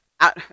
out